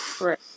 Right